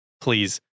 please